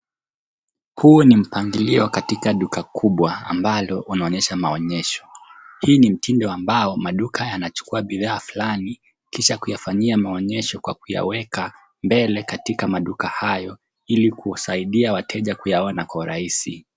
Huu ni mpangilio katika duka kubwa ambalo unaonyesha maonyesho, hii ni mtindo ambao maduka yanachukua bidhaa fulani kisha kuyafanyia maonyesho kwa kuyaweka mbele katika maduka hayo ili kusaidia wateja kuyaona kwa urahisi.